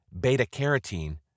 beta-carotene